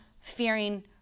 fearing